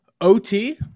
OT